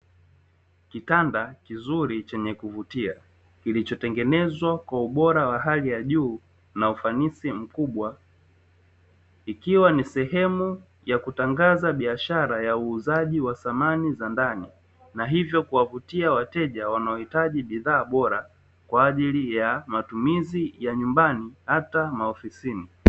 Kitanda kizuri chenye kuvutia, kilichotengenezwa kwa ubora wa hali ya juu na ufanisi mkubwa, ikiwa ni sehemu ya kutangaza biashara ya uuzaji wa samani za ndani, na hivyo kuwavutia wateja wanaohitaji bidhaa bora, kwa ajili ya matumizi ya nyumbani hata maofisini.